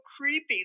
creepy